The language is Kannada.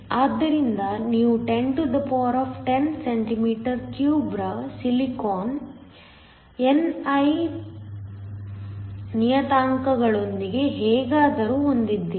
ಆದ್ದರಿಂದ ನೀವು 1010 cm 3 ರ ಸಿಲಿಕಾನ್ni ನಿಯತಾಂಕಗಳೊಂದಿಗೆ ಹೇಗಾದರೂ ಹೊಂದಿದ್ದೀರಿ